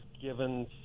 given